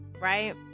right